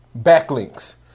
backlinks